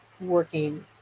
working